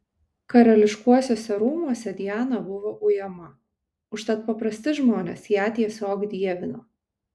karališkuosiuose rūmuose diana buvo ujama užtat paprasti žmonės ją tiesiog dievino